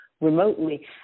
remotely